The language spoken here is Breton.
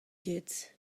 ket